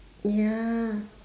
ya